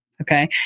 Okay